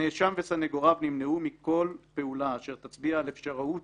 הנאשם וסנגוריו נמנעו מכל פעולה אשר תצביע על אפשרות